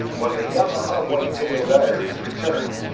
when the yamaha whitetail diaries returns,